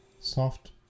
soft